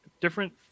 Different